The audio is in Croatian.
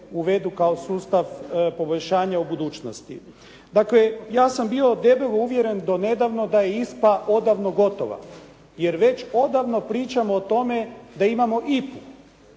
uvedu kao sustav poboljšanja u budućnosti. Dakle, ja sam bio debelo uvjeren do nedavno da je ISPA odavno gotova. Jer već odavno pričamo o tome da imamo IPA-u.